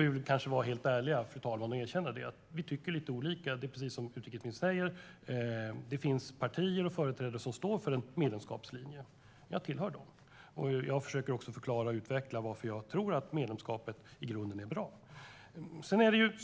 vi kanske vara helt ärliga, fru talman, och erkänna att vi tycker lite olika. Det är precis som utrikesministern säger att det finns partier och företrädare som står för en medlemskapslinje. Jag är en av dem. Jag försöker också förklara och utveckla varför jag tror att medlemskapet i grunden är bra.